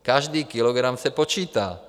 Každý kilogram se počítá.